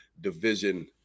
Division